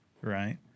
Right